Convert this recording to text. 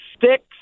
six